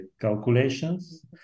calculations